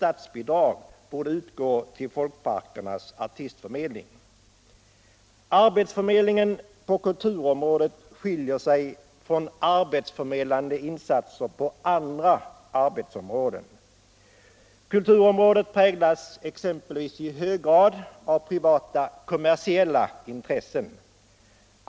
Arbetsförmedlingen på kulturområdet skiljer sig från arbetsförmedlande insatser på andra arbetsmarknadsområden. Kulturområdet präglas exempelvis i hög grad av privata, kommersiella intressen.